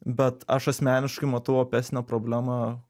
bet aš asmeniškai matau opesnę problemą